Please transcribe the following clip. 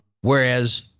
Whereas